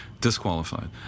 disqualified